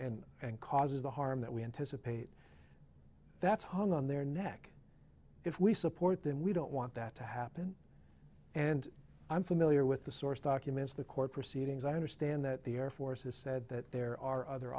and and causes the harm that we anticipate that's hung on their neck if we support them we don't want that to happen and i'm familiar with the source documents the court proceedings i understand that the air force has said that there are other